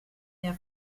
der